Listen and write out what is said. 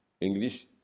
English